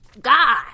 God